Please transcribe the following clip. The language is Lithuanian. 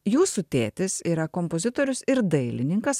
jūsų tėtis yra kompozitorius ir dailininkas